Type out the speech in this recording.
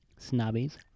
snobbies